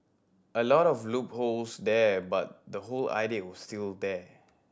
a lot of loopholes there but the whole idea was still there